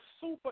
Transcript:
super